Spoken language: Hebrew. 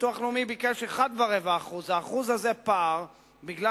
והמוסד לביטוח לאומי ביקש 1.25%. הפער הזה של 1% הוא בגלל